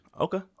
Okay